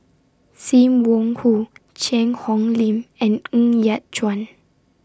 SIM Wong Hoo Cheang Hong Lim and Ng Yat Chuan